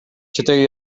fitxategi